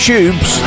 Tubes